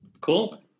Cool